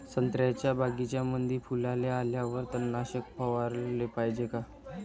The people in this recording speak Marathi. संत्र्याच्या बगीच्यामंदी फुलाले आल्यावर तननाशक फवाराले पायजे का?